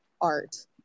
art